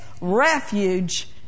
refuge